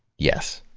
yes,